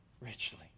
richly